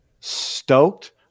stoked